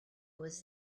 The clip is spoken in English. was